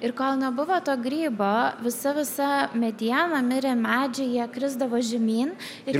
ir kol nebuvo to grybo visa visa mediena mirė medžiai jie krisdavo žemyn ir